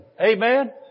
Amen